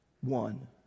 one